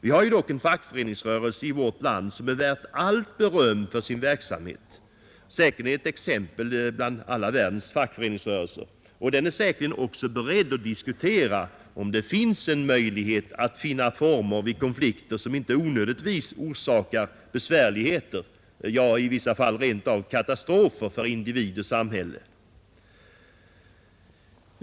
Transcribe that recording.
Vi har ju dock en fackföreningsrörelse i vårt land, som är värd allt beröm för sin verksamhet — säkerligen ett exempel bland världens alla fackföreningsrörelser — och den är säkert också beredd att diskutera om det finns en möjlighet att finna former vid konflikter som inte onödigtvis orsakar besvärligheter, ja i vissa fall rent av katastrofer, för individ och samhälle.